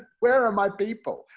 where are my people?